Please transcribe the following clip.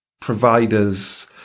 providers